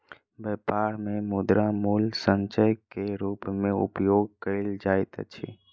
व्यापार मे मुद्रा मूल्य संचय के रूप मे उपयोग कयल जाइत अछि